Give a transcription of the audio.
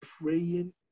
praying